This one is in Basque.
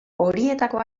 horietako